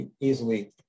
easily